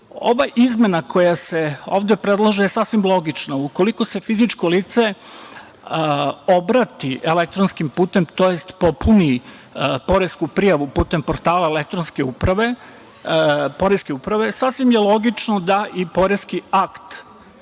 izmena koja se ovde predlaže je sasvim logična. Ukoliko se fizičko lice obrati elektronskim putem, tj. popuni poresku prijavu putem portala elektronske uprave, sasvim je logično da i poreski akt